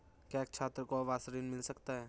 क्या एक छात्र को आवास ऋण मिल सकता है?